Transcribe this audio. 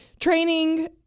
training